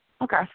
Okay